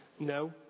No